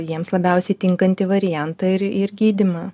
jiems labiausiai tinkantį variantą ir ir gydymą